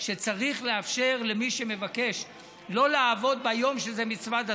שצריך לאפשר למי שמבקש שלא לעבוד ביום שזה מצוות דתו,